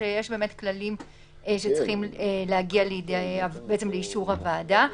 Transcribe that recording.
שיש באמת כללים שצריכים להגיע לאישור הוועדה.